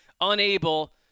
unable